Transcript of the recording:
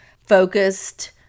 focused